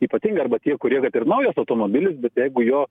ypatingai arba tie kurie kad ir naujas automobilis bet jeigu jo